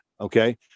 okay